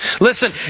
Listen